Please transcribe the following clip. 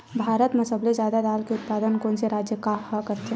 भारत मा सबले जादा दाल के उत्पादन कोन से राज्य हा करथे?